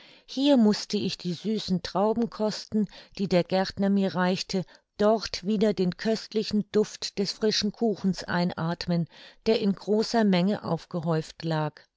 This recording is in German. hier mußte ich die süßen trauben kosten die der gärtner mir reichte dort wieder den köstlichen duft des frischen kuchens einathmen der in großer menge aufgehäuft lag